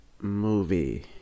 movie